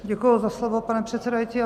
Děkuji za slovo, pane předsedající.